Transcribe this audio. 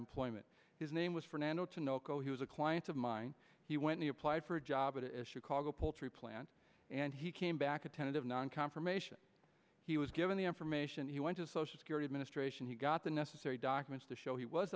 employment his name was fernando to no co he was a client of mine he went to apply for a job at issue called a poultry plant and he came back a tentative non confirmation he was given the information he went to social security administration he got the necessary documents to show he was